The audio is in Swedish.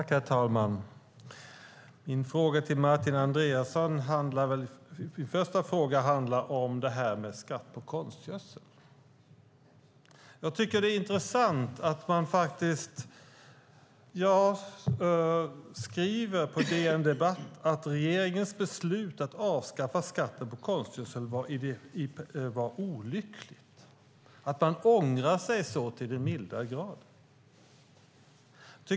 Herr talman! Min första fråga till Martin Andreasson handlar om skatten på konstgödsel. Det är intressant att man på DN Debatt skriver att regeringens beslut om att avskaffa skatten på konstgödsel var olyckligt och att man så till den milda grad ångrar sig.